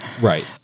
right